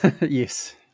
yes